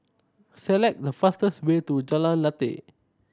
select the fastest way to Jalan Lateh